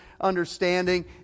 understanding